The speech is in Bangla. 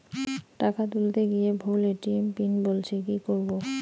টাকা তুলতে গিয়ে ভুল এ.টি.এম পিন বলছে কি করবো?